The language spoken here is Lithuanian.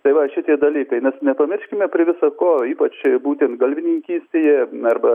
tai va šitie dalykai mes nepamirškime prie visako ypač būtent galvininkystėje arba